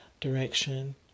direction